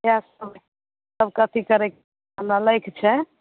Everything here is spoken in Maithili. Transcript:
इएह सब सब कथि करैके हमरा लै के छै